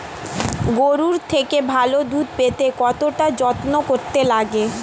গরুর থেকে ভালো দুধ পেতে কতটা যত্ন করতে লাগে